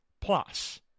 plus